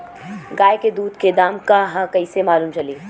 गाय के दूध के दाम का ह कइसे मालूम चली?